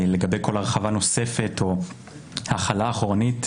לגבי כל הרחבה נוספת או החלה אחורנית,